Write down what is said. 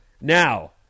Now